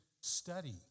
study